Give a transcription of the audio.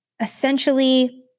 essentially